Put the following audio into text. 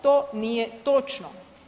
To nije točno.